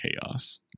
chaos